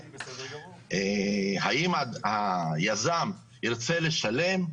האם היזם ירצה לשלם?